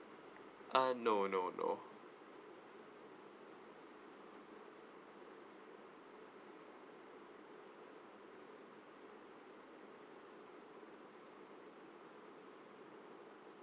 uh no no no